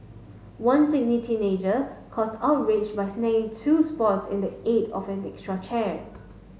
one Sydney teenager caused outrage by snagging two spots in the aid of an extra chair